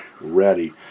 ready